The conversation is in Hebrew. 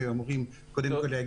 שהיו אמורים להגיע.